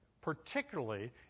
Particularly